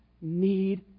need